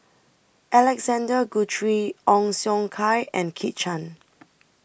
Alexander Guthrie Ong Siong Kai and Kit Chan